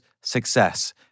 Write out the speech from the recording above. success